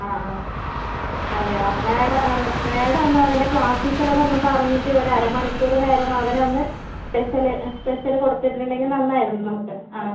ആ ആ അതെയോ മാഡം ആ മാഡം ഒന്ന് അവൻ്റെ ക്ലാസ് ടീച്ചറോട് ഒന്ന് പറഞ്ഞിട്ട് ഒരു അര മണിക്കൂർ നേരം അവനെ ഒന്ന് സ്പെഷ്യല് സ്പെഷ്യല് കൊടുത്തിരുന്നെങ്കിൽ നന്നായിരുന്നു നമുക്ക് ആ